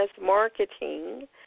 Marketing